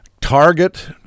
target